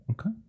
Okay